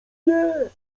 nie